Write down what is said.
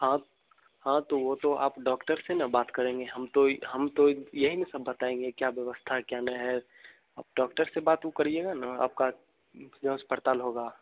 आप हाँ तो वो तो आप डॉक्टर से न बात करेंगे हम तो ये हम तो यही न सब बताएँगे क्या व्यवस्था है क्या नहीं है आप डॉक्टर से बात वो करिएगा न आपका जाँच पड़ताल होगा